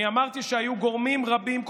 אני אמרתי שהיו גורמים רבים,